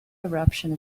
eruption